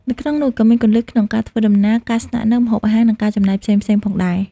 នៅក្នុងនោះ ក៏មានគន្លឹះក្នុងការធ្វើដំណើរ ការស្នាក់នៅ ម្ហូបអាហារ និងការចំណាយផ្សេងៗផងដែរ។